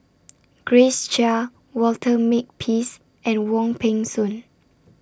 Grace Chia Walter Makepeace and Wong Peng Soon